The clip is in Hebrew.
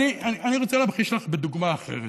אני רוצה להמחיש לך בדוגמה אחרת